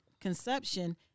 conception